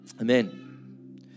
Amen